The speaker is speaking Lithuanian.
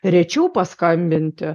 rečiau paskambinti